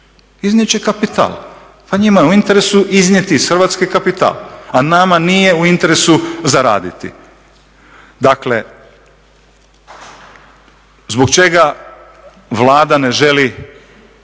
iznijet će kapital. Pa njima je u interesu iznijeti iz Hrvatske kapital, a nama nije u interesu zaraditi. Dakle, zbog čega Vlada ne želi da